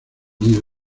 nido